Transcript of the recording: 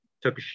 took